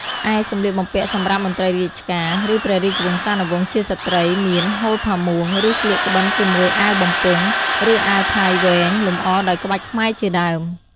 ឯសម្លៀកបំពាក់សម្រាប់មន្រ្តីរាជការ ឬព្រះរាជវង្សានុវង្សជាស្រ្តីមាន ហូលផាមួង ឬស្លៀកក្បិនជាមួយអាវបំពង់ ឬអាវផាយវែង លម្អដោយក្បាច់ខ្មែរជាដើម។